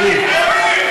תראו,